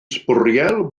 sbwriel